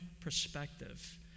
perspective